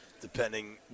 depending